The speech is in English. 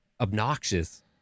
obnoxious